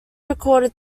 recorded